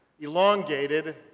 elongated